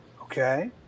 Okay